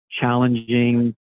challenging